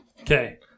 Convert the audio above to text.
Okay